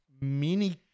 mini